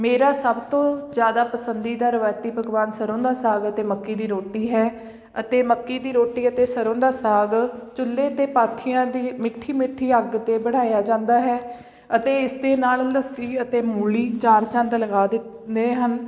ਮੇਰਾ ਸਭ ਤੋਂ ਜ਼ਿਆਦਾ ਪਸੰਦੀਦਾ ਰਿਵਾਇਤੀ ਪਕਵਾਨ ਸਰ੍ਹੋਂ ਦਾ ਸਾਗ ਅਤੇ ਮੱਕੀ ਦੀ ਰੋਟੀ ਹੈ ਅਤੇ ਮੱਕੀ ਦੀ ਰੋਟੀ ਅਤੇ ਸਰ੍ਹੋਂ ਦਾ ਸਾਗ ਚੁੱਲੇ ਅਤੇ ਪਾਥੀਆਂ ਦੀ ਮੱਠੀ ਮੱਠੀ ਅੱਗ 'ਤੇ ਬਣਾਇਆ ਜਾਂਦਾ ਹੈ ਅਤੇ ਇਸ ਦੇ ਨਾਲ ਲੱਸੀ ਅਤੇ ਮੂਲੀ ਚਾਰ ਚੰਦ ਲਗਾ ਦਿੰਦੇ ਹਨ